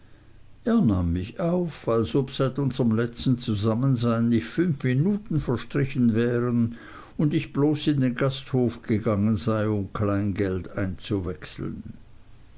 nahm mich auf als ob seit unserm letzten zusammensein nicht fünf minuten verstrichen wären und ich bloß in den gasthof gegangen sei um kleingeld einzuwechseln